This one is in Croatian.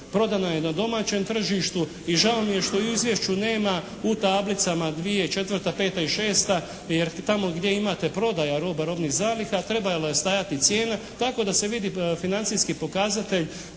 Prodano je na domaćem tržištu. I žao mi je što u izvješću nema u tablicama 2004., 2005. i 2006. jer tamo gdje imate prodaja roba, robnih zaliha trebala vidi financijski pokazatelj.